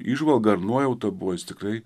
įžvalga ar nuojauta buvo jis tikrai